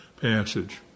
passage